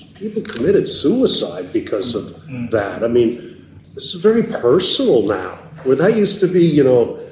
people committed suicide because of that. i mean, this is very personal now. well, that used to be, you know,